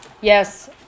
yes